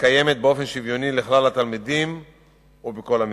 מתקיימת באופן שוויוני לכל התלמידים ולכל המגזרים.